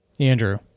Andrew